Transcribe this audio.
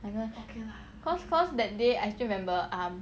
like that okay lah cause cause that day I still remember um